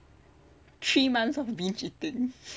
three months of binge eating